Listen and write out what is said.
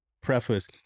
preface